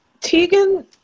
Tegan